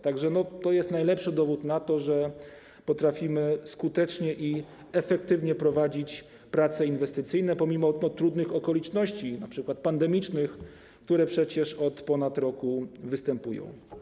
To jest najlepszy dowód na to, że potrafimy skutecznie i efektywnie prowadzić prace inwestycyjne, pomimo trudnych okoliczności, np. pandemicznych, które przecież od ponad roku występują.